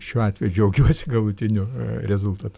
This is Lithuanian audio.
šiuo atveju džiaugiuosi galutiniu rezultatu